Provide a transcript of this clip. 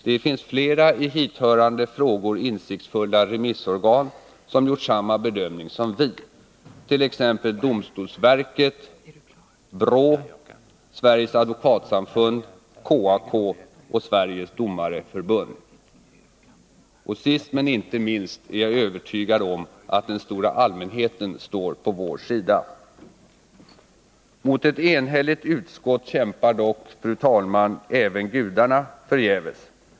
Det finns flera i hithörande frågor insiktsfulla remissorgan som gjort samma bedömning som vi, t.ex. domstolsverket, BRÅ, Sveriges advokatsamfund, KAK och Sveriges domareförbund. Och sist men inte minst är jag övertygad om att den stora allmänheten står på vår sida. Mot ett enigt utskott kämpar dock, herr talman, även gudarna förgäves.